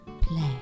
play